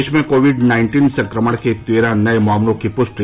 देश में COVID nineteen संक्रमण के तेरह नये मामलों की पुष्टि